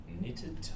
Knitted